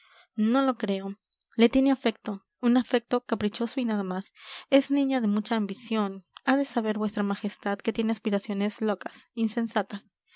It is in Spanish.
no lo creo le tiene afecto un afecto caprichoso y nada más es niña de mucha ambición ha de saber vuestra majestad que tiene aspiraciones locas insensatas